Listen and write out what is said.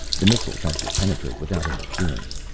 the missiles had to penetrate without interference.